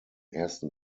ersten